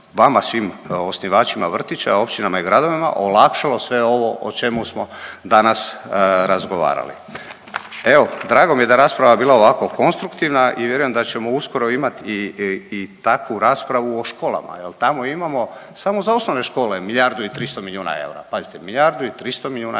svim kao osnivačima vrtića, općinama i gradovima olakšalo sve ovo o čemu smo danas razgovarali. Evo, drago mi je da je rasprava bila ovako konstruktivna i vjerujem da ćemo uskoro imati i takvu raspravu o školama jer tamo imamo samo za osnovne škole milijardu i 300 milijuna eura, pazite, milijardu i 300 milijuna eura,